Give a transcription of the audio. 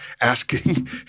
asking